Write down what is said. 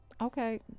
Okay